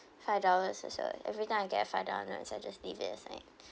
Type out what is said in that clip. five dollars also every time I get five dollars I just leave it aside